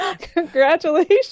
congratulations